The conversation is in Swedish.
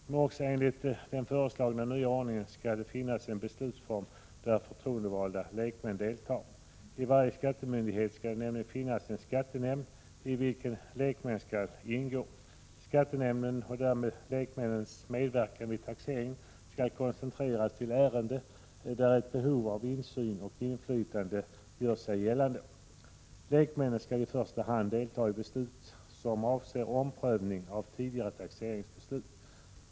Men också enligt den föreslagna nya ordningen skall det finnas en beslutsform där förtroendevalda lekmän deltar. I varje skattemyndighet skall det nämligen finnas en skattenämnd, i vilken lekmän skall ingå. Skattenämndens och därmed lekmännens medverkan vid taxeringen skall koncentreras till ärenden där ett behov av insyn och inflytande gör sig gällande. Lekmännen skall i första hand delta i beslut som avser omprövning — Prot. 1986/87:50 av tidigare taxeringsbeslut.